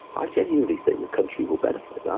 i genuinely think the country will benefit. um